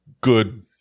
good